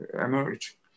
emerge